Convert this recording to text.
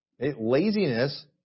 laziness